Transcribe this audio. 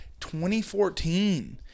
2014